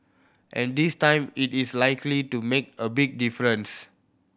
and this time it is likely to make a big difference